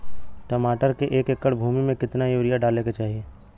टमाटर के एक एकड़ भूमि मे कितना यूरिया डाले के चाही?